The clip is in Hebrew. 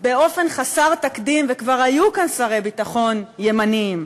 באופן חסר תקדים, וכבר היו כאן שרי ביטחון ימניים,